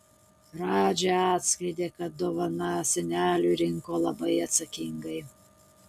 radži atskleidė kad dovaną seneliui rinko labai atsakingai